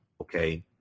Okay